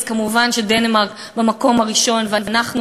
אז מובן שדנמרק במקום הראשון ואנחנו